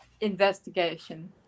investigation